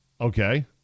Okay